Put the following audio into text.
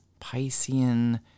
Piscean